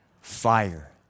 Fire